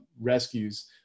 rescues